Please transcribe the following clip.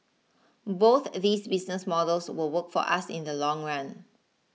both these business models will work for us in the long run